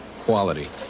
quality